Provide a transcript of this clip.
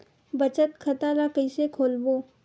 बचत खता ल कइसे खोलबों?